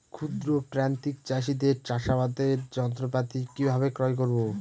ক্ষুদ্র প্রান্তিক চাষীদের চাষাবাদের যন্ত্রপাতি কিভাবে ক্রয় করব?